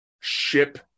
ship